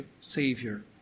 Savior